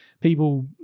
people